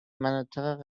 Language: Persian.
مناطق